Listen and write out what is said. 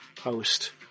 host